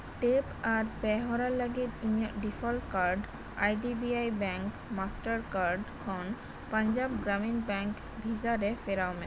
tap ᱟᱨ ᱯᱮ ᱦᱚᱨᱟ ᱞᱟᱹᱜᱤᱫ ᱤᱧᱟᱹᱜ default card I D B I bank master card ᱠᱷᱚᱱ ᱯᱟᱧᱡᱟᱵ ᱜᱨᱟᱢᱤᱱ ᱵᱮᱝ ᱵᱷᱤᱡᱟ ᱨᱮ ᱯᱷᱮᱨᱟᱣ ᱢᱮ